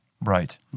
Right